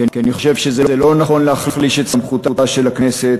כי אני חושב שזה לא נכון להחליש את סמכותה של הכנסת